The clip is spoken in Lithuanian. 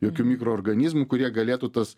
jokių mikroorganizmų kurie galėtų tas